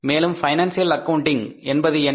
மேலும் financial accounting என்பது என்ன